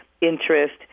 interest